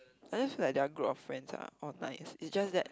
I just feel like their group of friends are all nice it's just that